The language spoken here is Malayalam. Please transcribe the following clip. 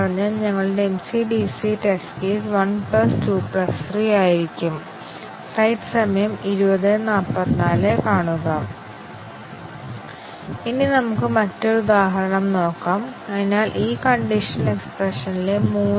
അതിനാൽ സാധാരണയായി ഈ എക്സ്പ്രഷനായി ഒന്നിലധികം കണ്ടീഷൻ കവറേജ് നേടുന്നതിന് 32 ടെസ്റ്റ് കേസുകളായ 25 ആവശ്യമാണ് എന്നാൽ ഷോർട്ട് സർക്യൂട്ട് വിലയിരുത്തലിനൊപ്പം ഞങ്ങൾക്ക് 13 ടെസ്റ്റ് കേസുകൾ മാത്രമേ ആവശ്യമുള്ളൂ